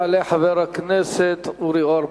יעלה חבר הכנסת אורי אורבך.